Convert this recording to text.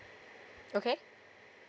okay